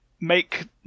make